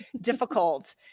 difficult